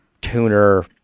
tuner